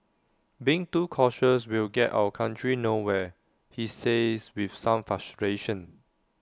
being too cautious will get our country nowhere he says with some frustration